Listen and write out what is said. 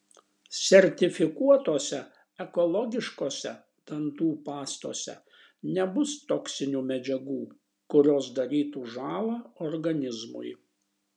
sertifikuotose ekologiškose dantų pastose nebus toksinių medžiagų kurios darytų žąlą organizmui